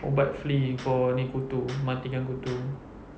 ubat flee for ini kutu matikan kutu